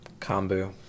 kombu